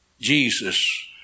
Jesus